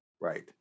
Right